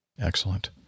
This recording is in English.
Excellent